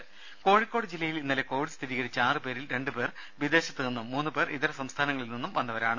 രുമ കോഴിക്കോട് ജില്ലയിൽ ഇന്നലെ കോവിഡ് സ്ഥിരീകരിച്ച ആറു പേരിൽ രണ്ട് പേർ വിദേശത്ത് നിന്നും മൂന്ന് പേർ ഇതര സംസ്ഥാനങ്ങളിൽ നിന്നും വന്നവരാണ്